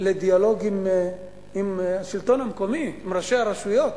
לדיאלוג עם השלטון המקומי, עם ראשי הרשויות.